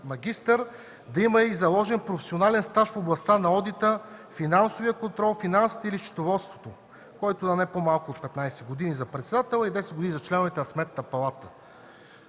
да има и заложен професионален стаж в областта на одита, финансовия контрол, финансите или счетоводството, който да не е по-малко от 15 години за председателя и 10 години за членовете на Сметната палата.